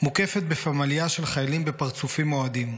/ מוקפת בפמליה של חיילים בפרצופים אוהדים.